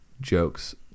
jokes